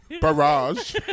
barrage